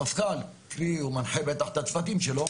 המפכ"ל קרי הוא מנחה בטח את הצוותים שלו,